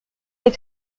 des